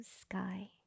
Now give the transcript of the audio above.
sky